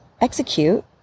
execute